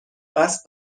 قصد